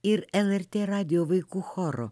ir lrt radijo vaikų choro